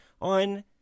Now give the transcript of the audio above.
on